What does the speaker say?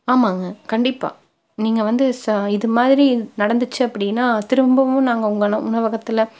ஆமாங்க கண்டிப்பாக நீங்கள் வந்து ச இதுமாதிரி நடந்துச்சு அப்படினா திரும்பவும் நாங்கள் உங்கள் உணவகத்தில்